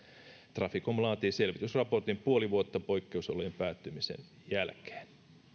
traficom laatii selvitysraportin puoli vuotta poikkeusolojen päättymisen jälkeen